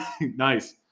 Nice